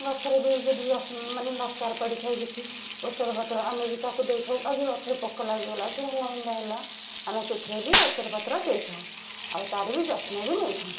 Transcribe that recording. ଗଛର ବି ଯଦି ଯତ୍ନ ମାନେ ଦରକାର ପଡ଼ିଥାଏ କିଛି ଔଷଧପତ୍ର ଆମେ ବି ତାକୁ ଦେଇଥାଉ ଆଜି ଗଛରେ ପୋକ ଲାଗିଗଲା କି ଭଲମନ୍ଦ ହେଲା ଆମେ ସେଥିରେ ବି ଔଷଧପତ୍ର ଦେଇଥାଉ ଆଉ ତାର ବି ଯତ୍ନ ବି ନେଇଥାଉ